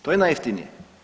To je najjeftinije.